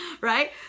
right